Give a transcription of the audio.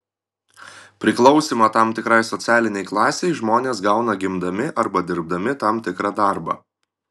priklausymą tam tikrai socialinei klasei žmonės gauna gimdami arba dirbdami tam tikrą darbą